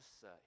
say